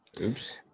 Oops